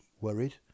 worried